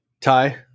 Ty